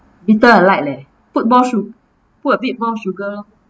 bitter I like leh put more sug~ put a bit more sugar lor